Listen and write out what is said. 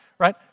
Right